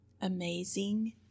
amazing